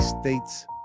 states